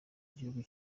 gihugu